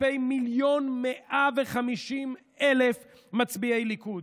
כלפי מיליון ו-150,000 מצביעי ליכוד.